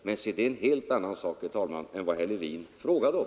Men det är en helt annan sak än vad herr Levin frågade om.